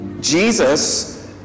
Jesus